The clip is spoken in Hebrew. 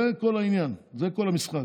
זה כל העניין, זה כל המשחק.